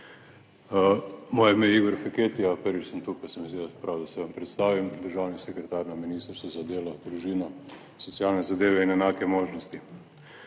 Moje ime je Igor Feketija. Prvič sem tukaj, se mi zdelo prav, da se vam predstavim, državni sekretar na Ministrstvu za delo, družino, socialne zadeve in enake možnosti.